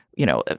you know,